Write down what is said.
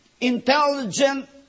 intelligent